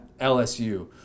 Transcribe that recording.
LSU